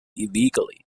illegally